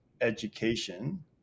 education